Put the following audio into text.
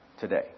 today